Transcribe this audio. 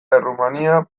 errumania